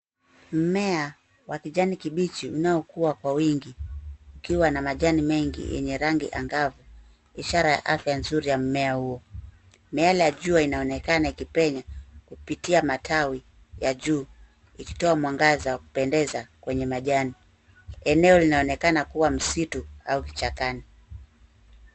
Mmea wa kijani kibichi unaokuwa kwa wingi, ukiwa na majani mengi yenye rangi angavu, ishara ya afya nzuri ya mmea huo. Miale ya jua inaonekana ikipenya kupitia matawi ya juu ikitoa mwangaza wa kupendeza kwenye majani. Eneo linaonekana kuwa msitu au kichakani.